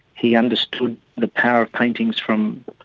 he understood the power of paintings from,